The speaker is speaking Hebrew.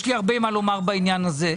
יש לי הרבה מה לומר בעניין הזה.